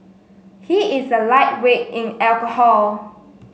he is a lightweight in alcohol